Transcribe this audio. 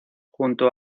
junto